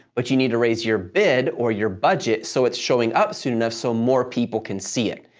but you need to raise your bid or your budget, so it's showing up soon enough, so more people can see it.